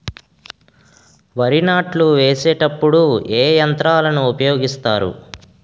వరి నాట్లు వేసేటప్పుడు ఏ యంత్రాలను ఉపయోగిస్తారు?